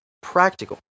practical